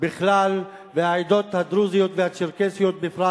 בכלל והעדות הדרוזיות והצ'רקסיות בפרט.